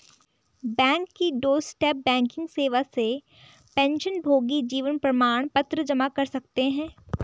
bank की doorstep banking सेवा से पेंशनभोगी जीवन प्रमाण पत्र जमा कर सकते हैं